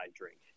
drink